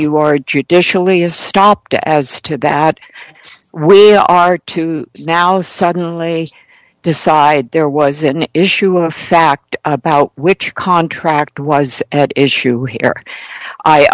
you are judicially has stopped as to that we are to now suddenly decide there was an issue of fact about which contract was at issue here i